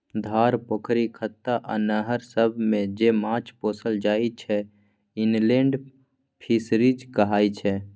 धार, पोखरि, खत्ता आ नहर सबमे जे माछ पोसल जाइ छै इनलेंड फीसरीज कहाय छै